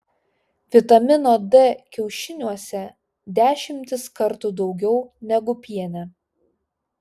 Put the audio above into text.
vitamino d kiaušiniuose dešimtis kartų daugiau negu piene